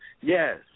yes